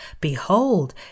Behold